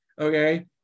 okay